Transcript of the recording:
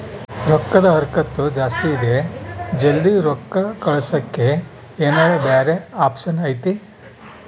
ರೊಕ್ಕದ ಹರಕತ್ತ ಜಾಸ್ತಿ ಇದೆ ಜಲ್ದಿ ರೊಕ್ಕ ಕಳಸಕ್ಕೆ ಏನಾರ ಬ್ಯಾರೆ ಆಪ್ಷನ್ ಐತಿ?